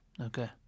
Okay